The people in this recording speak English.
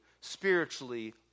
spiritually